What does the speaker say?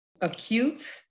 acute